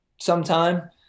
sometime